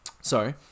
sorry